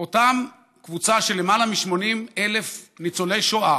אותה קבוצה של יותר מ-80,000 ניצולי שואה